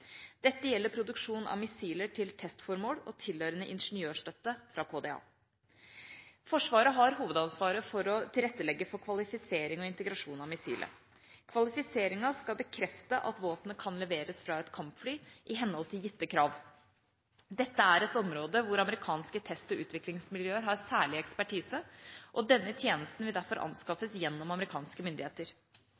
Dette gjelder produksjon av missiler til testformål og tilhørende ingeniørstøtte fra KDA. Forsvaret har hovedansvaret for å tilrettelegge for kvalifisering og integrasjon av missilet. Kvalifiseringen skal bekrefte at våpenet kan leveres fra et kampfly, i henhold til gitte krav. Dette er et område hvor amerikanske test- og utviklingsmiljøer har særlig ekspertise, og denne tjenesten vil derfor